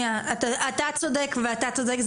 אתה צודק, ואתה צודק.